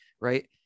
right